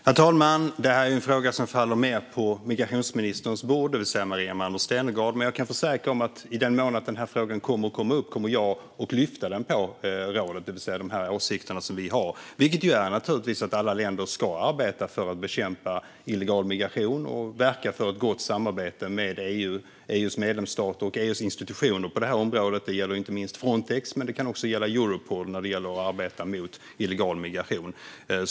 Herr talman! Detta är en fråga som faller mer på migrationsminister Maria Malmer Stenergards bord. Jag kan dock försäkra att i den mån frågan kommer upp i rådet kommer jag att lyfta de åsikter vi har, vilket naturligtvis är att alla länder ska arbeta för att bekämpa illegal migration och verka för ett gott samarbete med EU, EU:s medlemsstater och EU:s institutioner på området. Det gäller inte minst Frontex, men det kan också gälla Europol när det handlar om att arbeta mot illegal migration.